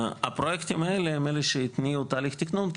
הפרויקטים האלה הם אלה שהתניעו תהליך תכנון,